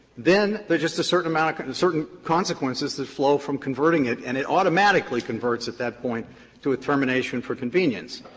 then there is just a certain amount of and certain consequences that flow from converting it, and it automatically converts at that point to a termination for convenience.